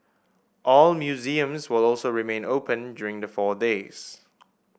all museums will also remain open during the four days